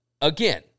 Again